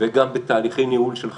וגם בתהליכי ניהול של חירום.